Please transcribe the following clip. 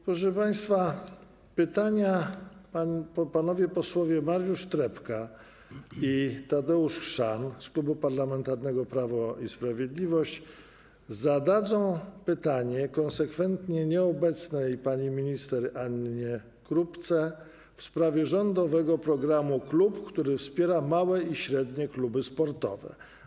Proszę państwa, panowie posłowie Mariusz Trepka i Tadeusz Chrzan z Klubu Parlamentarnego Prawo i Sprawiedliwość zadadzą pytanie konsekwentnie nieobecnej pani minister Annie Krupce w sprawie rządowego programu „Klub”, który wspiera małe i średnie kluby sportowe.